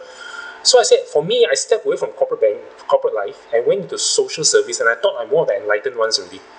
so I said for me I stepped away from corporate bank corporate life and went into social service and I thought I'm more of an enlightened ones already